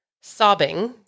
sobbing